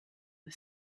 the